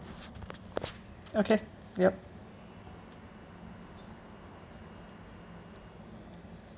okay yup